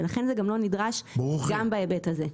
לכן זה גם לא נדרש גם בהיבט הזה.